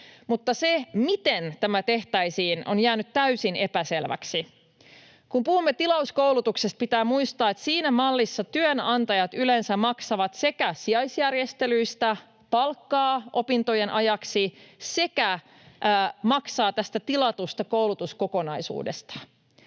Mutta se, miten tämä tehtäisiin, on jäänyt täysin epäselväksi. Kun puhumme tilauskoulutuksesta, pitää muistaa, että siinä mallissa työnantajat yleensä maksavat sekä sijaisjärjestelyistä, palkkaa opintojen ajaksi että tästä tilatusta koulutuskokonaisuudesta.